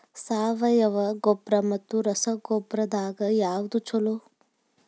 ಸಾವಯವ ಗೊಬ್ಬರ ಮತ್ತ ರಸಗೊಬ್ಬರದಾಗ ಯಾವದು ಛಲೋ?